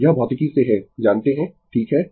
यह भौतिकी से है जानते है ठीक है